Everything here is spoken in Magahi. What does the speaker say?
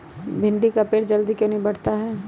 भिंडी का पेड़ जल्दी क्यों नहीं बढ़ता हैं?